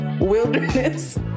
wilderness